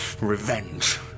revenge